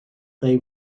they